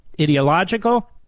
ideological